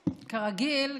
כרגיל,